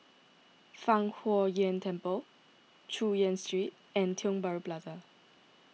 Fang Huo Yuan Temple Chu Yen Street and Tiong Bahru Plaza